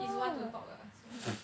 he's one to talk uh so